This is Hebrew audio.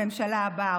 בממשלה הבאה,